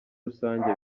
rusange